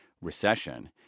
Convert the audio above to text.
recession